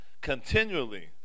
continually